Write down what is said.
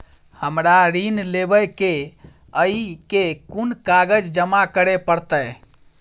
हमरा ऋण लेबै केँ अई केँ कुन कागज जमा करे पड़तै?